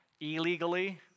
illegally